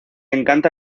encanta